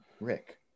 Rick